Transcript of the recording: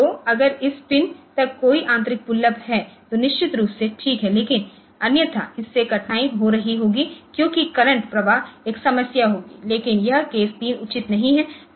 तो अगर इस पिन तक कोई आंतरिक पुल है तो निश्चित रूप से ठीक है लेकिन अन्यथा इससे कठिनाई हो रही होगी क्योंकि करंट प्रवाह एक समस्या होगी लेकिन यह केस 3 उचित नहीं है